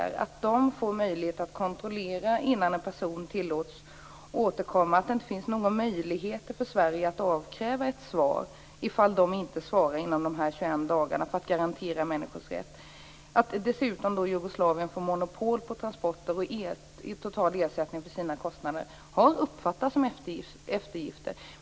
Förbundsrepubliken får möjlighet att kontrollera innan en person tillåts återkomma att det inte finns någon möjlighet för Sverige att avkräva ett svar i fall de inte svarar inom de 21 dagarna för att garantera människor rätt. Dessutom får Jugoslavien monopol på transporter och total ersättning för sina kostnader. Det har uppfattats som eftergifter.